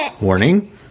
Warning